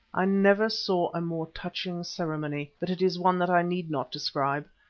i never saw a more touching ceremony, but it is one that i need not describe.